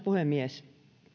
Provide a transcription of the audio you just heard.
puhemies